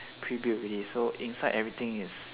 pre built already so inside everything is